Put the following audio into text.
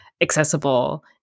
accessible